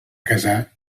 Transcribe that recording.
casa